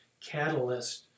catalyst